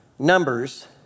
Numbers